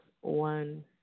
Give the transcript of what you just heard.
one